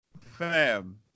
Fam